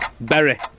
Berry